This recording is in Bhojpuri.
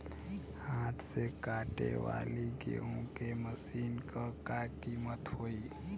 हाथ से कांटेवाली गेहूँ के मशीन क का कीमत होई?